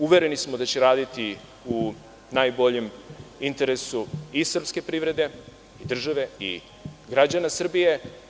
Uvereni smo da će raditi u najboljem interesu i srpske privrede, i države, i građana Srbije.